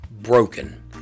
broken